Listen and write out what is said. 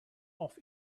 off